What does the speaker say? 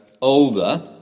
older